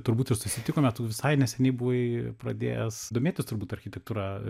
turbūt ir susitikome tu visai neseniai buvai pradėjęs domėtis turbūt architektūra